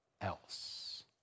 else